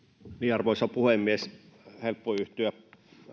arvoisa puhemies on helppo yhtyä